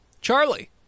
Charlie